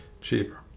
Cheaper